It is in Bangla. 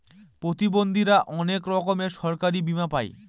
প্রতিবন্ধীরা অনেক রকমের সরকারি বীমা পাই